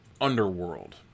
underworld